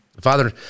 father